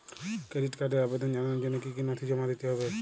Credit কার্ডের আবেদন জানানোর জন্য কী কী নথি জমা দিতে হবে?